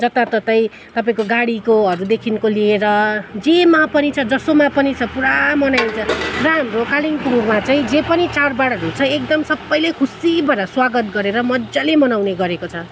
जताततै तपाईँको गाडीकोहरूदेखिको लिएर जेमा पनि छ जसोमा पनि छ पुरा मनाइन्छ र हाम्रो कालिम्पोङमा चाहिँ जे पनि चाडबाडहरू छ एकदम सबैले खुसी भएर स्वागत गरेर मज्जाले मनाउने गरेको छ